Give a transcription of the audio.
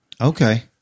Okay